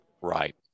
right